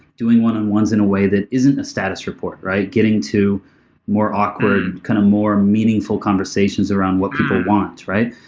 doing one on ones in a way that isn't a status report, right? getting to more awkward, kind of more meaningful conversations around what people want, right?